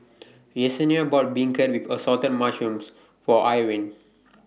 Yessenia bought Beancurd with Assorted Mushrooms For Irine